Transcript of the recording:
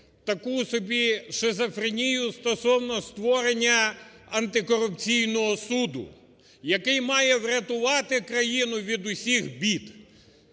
таку собі шизофренію стосовно створення Антикорупційного суду, який має врятувати країну від усіх бід.